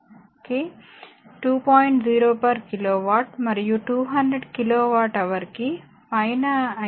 0kw మరియు 200కిలో watt hour కి పైన అయితే 2